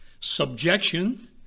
subjection